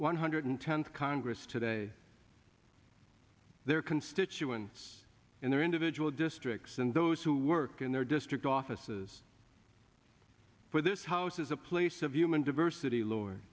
one hundred tenth congress today their constituents in their individual districts and those who work in their district offices for this house is a place of human diversity l